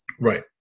Right